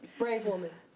brave woman.